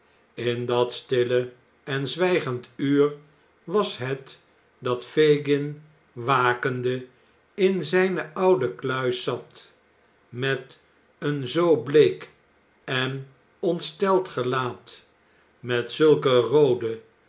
in dat stille en zwijgend uur was het dat fagin wakende in zijne oude kluis zat met een zoo bleek en ontsteld gelaat met zulke roode